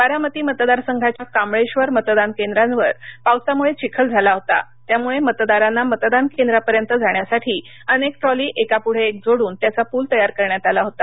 बारामती मतदारसंघाच्या कांबळेश्वर मतदान केंद्रांवर पावसामुळे चिखल झाला होता त्यामुळे मतदारांना मतदान केंद्रापर्यंत जाण्यासाठी अनके ट्रॉली एकापुढे एक जोडून त्याचा पूल तयार करण्यात आला होता